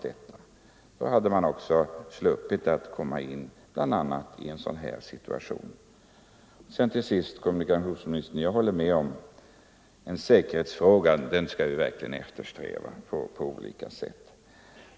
Då hade man också sluppit att komma i en sådan här situation. Till sist, herr kommunikationsminister, jag håller verkligen med om att vi skall hålla på säkerheten på olika sätt.